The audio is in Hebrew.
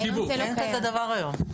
אין כזה דבר היום.